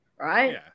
right